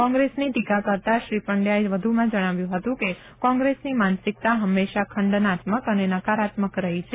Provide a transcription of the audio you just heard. કોંગ્રેસની ટીકા કરતા શ્રી પંડયાએ વધુમાં જણાવ્યું હતું કે કોંગ્રેસની માનસિકતા હંમેશા ખંડનાત્મક અને નકારાત્મક રહી છે